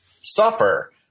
suffer